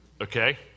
okay